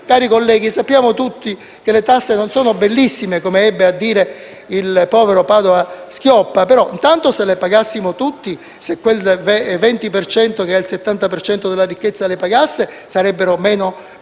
Cari colleghi, sappiamo tutti che le tasse non sono bellissime, come ebbe a dire il povero Padoa-Schioppa, ma, intanto, se le pagassimo tutti (se quel 20 per cento che ha il 70 per cento della ricchezza le pagasse), sarebbero meno pesanti;